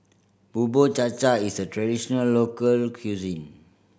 Bubur Cha Cha is a traditional local cuisine